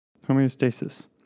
Homeostasis